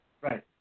right